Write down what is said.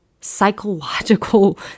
psychological